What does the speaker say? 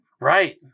Right